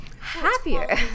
happier